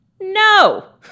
No